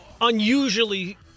unusually